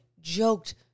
joked